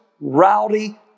rowdy